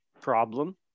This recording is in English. problem